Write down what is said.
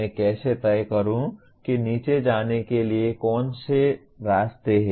मैं कैसे तय करूं कि नीचे जाने के लिए कौन से रास्ते हैं